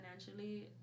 financially